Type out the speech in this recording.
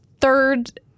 Third